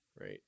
right